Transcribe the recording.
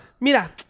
mira